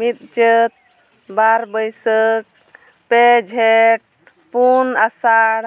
ᱢᱤᱫ ᱪᱟᱹᱛ ᱵᱟᱨ ᱵᱟᱹᱭᱥᱟᱹᱠᱷ ᱯᱮ ᱡᱷᱮᱸᱴ ᱯᱩᱱ ᱟᱥᱟᱲ